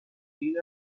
این